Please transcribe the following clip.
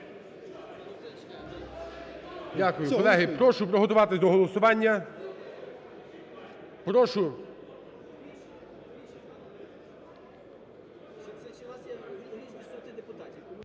Дякую. Колеги, прошу приготуватись до голосування,